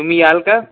तुम्ही याल का